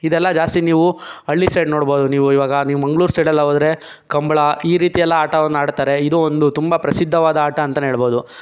ಇದೆಲ್ಲ ಜಾಸ್ತಿ ನೀವು ಹಳ್ಳಿ ಸೈಡ್ ನೋಡ್ಬೋದು ನೀವು ಇವಾಗ ನೀವು ಮಂಗ್ಳೂರು ಸೈಡೆಲ್ಲ ಹೋದರೆ ಕಂಬಳ ಈ ರೀತಿ ಎಲ್ಲ ಆಟವನ್ನು ಆಡುತ್ತಾರೆ ಇದು ಒಂದು ತುಂಬ ಪ್ರಸಿದ್ಧವಾದ ಆಟ ಅಂತಲೇ ಹೇಳ್ಬೋದು